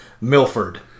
Milford